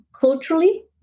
culturally